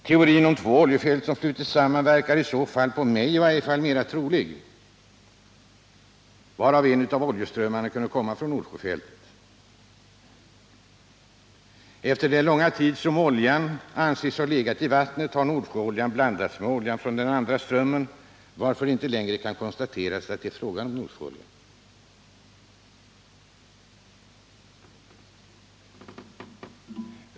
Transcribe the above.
Teorin om två oljefält som flutit samman verkar i varje fall för mig mera trolig. Den ena oljeströmmen kunde då ha kommit från Nordsjöfältet. Under den långa tid som oljan anses ha legat i vattnet har Nordsjöoljan blandats med oljan från den andra strömmen så att det inte längre kan konstateras att det är fråga om Nordsjöolja.